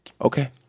Okay